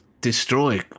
destroy